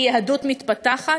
היא יהדות מתפתחת,